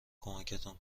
کمکتون